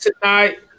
tonight